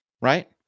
right